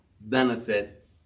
benefit